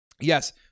yes